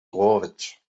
cohorts